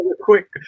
quick